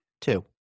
Two